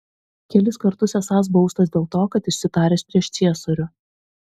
kelis kartus esąs baustas dėl to kad išsitaręs prieš ciesorių